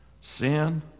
Sin